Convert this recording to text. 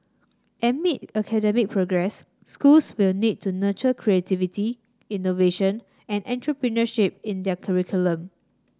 amid academic progress schools will need to nurture creativity innovation and entrepreneurship in their curriculum